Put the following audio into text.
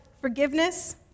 forgiveness